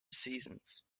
seasons